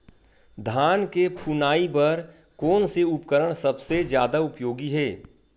धान के फुनाई बर कोन से उपकरण सबले जादा उपयोगी हे?